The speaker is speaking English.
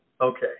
Okay